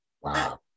Wow